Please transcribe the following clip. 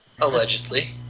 Allegedly